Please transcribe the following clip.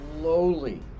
slowly